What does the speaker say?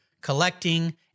collecting